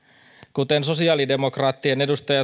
kuten sosiaalidemokraattien edustaja